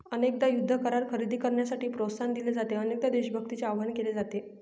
अनेकदा युद्ध करार खरेदी करण्यासाठी प्रोत्साहन दिले जाते, अनेकदा देशभक्तीचे आवाहन केले जाते